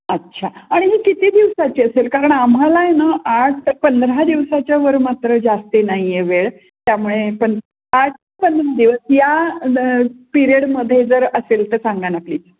अच्छा आणि ही किती दिवसाची असेल कारण आम्हाला आहे ना आठ पंधरा दिवसाच्या वर मात्र जास्ती नाही आहे वेळ त्यामुळे पं आठ ते पंधरा दिवस या न पिरेडमध्ये जर असेल तर सांगा ना प्लीज